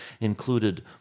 included